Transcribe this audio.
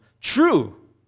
True